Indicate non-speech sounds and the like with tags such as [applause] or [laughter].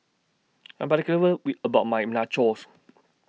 [noise] I Am particular with about My Nachos